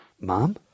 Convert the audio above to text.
Mom